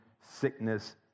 sickness